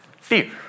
fear